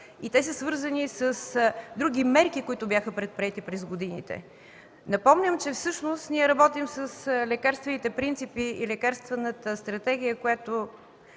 и те са свързани с други мерки, които бяха предприети през годините. Напомням, че всъщност ние работим с лекарствените принципи и лекарствената стратегия,